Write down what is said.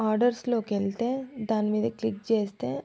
ఆర్డర్స్లోకెళ్తే దాని మీద క్లిక్ చేస్తే